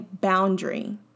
boundary